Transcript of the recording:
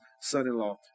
son-in-law